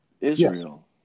Israel